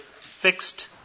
fixed